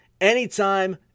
anytime